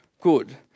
good